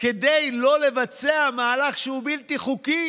כדי לא לבצע מהלך שהוא בלתי חוקי.